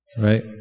right